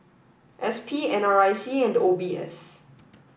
S P N R I C and O B S